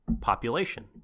population